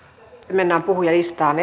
mennään puhujalistaan